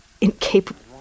incapable